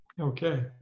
Okay